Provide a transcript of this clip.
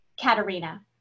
Katerina